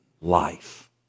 life